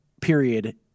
period